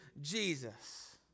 Jesus